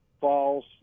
false